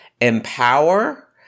empower